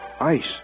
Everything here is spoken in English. Ice